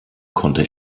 konnte